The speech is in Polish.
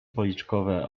policzkowe